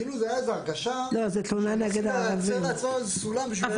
כאילו הייתה הרגשה שהם מנסים לייצר לעצמם סולם כדי לרדת מהעץ.